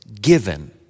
given